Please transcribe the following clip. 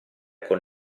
con